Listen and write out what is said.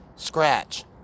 scratch